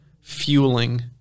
fueling